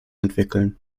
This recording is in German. entwickeln